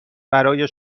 برای